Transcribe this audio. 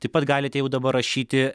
taip pat galite jau dabar rašyti